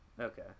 okay